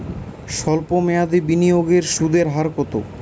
সল্প মেয়াদি বিনিয়োগের সুদের হার কত?